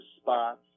spots